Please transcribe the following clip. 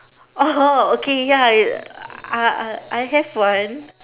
!oho! okay ya I I have one